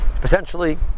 potentially